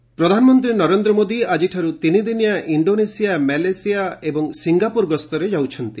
PM visit ପ୍ରଧାନମନ୍ତ୍ରୀ ନରେନ୍ଦ୍ର ମୋଦି ଆଜିଠାରୁ ତିନିଦିନିଆ ଇଣ୍ଡୋନେସିଆ ମାଲେସିଆ ଏବଂ ସିଙ୍ଗାପ୍ରର ଗସ୍ତରେ ଯାଉଛନ୍ତି